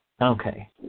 Okay